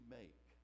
make